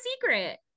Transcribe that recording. secret